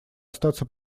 оставаться